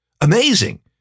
Amazing